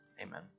amen